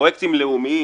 בפרויקטים לאומיים